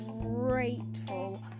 grateful